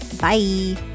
bye